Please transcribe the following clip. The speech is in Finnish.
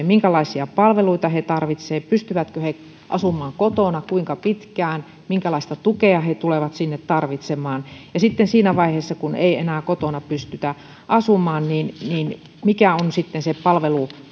minkälaisia palveluita he tarvitsevat pystyvätkö he asumaan kotona kuinka pitkään minkälaista tukea he tulevat sinne tarvitsemaan ja sitten siinä vaiheessa kun ei enää kotona pystytä asumaan mikä on se palvelumuoto